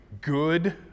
Good